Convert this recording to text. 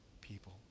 people